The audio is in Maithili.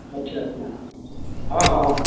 अच्छा अच्छा हँ हँ हँ